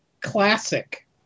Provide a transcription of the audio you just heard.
classic